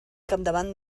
capdavant